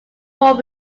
wall